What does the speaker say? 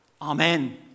Amen